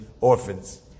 orphans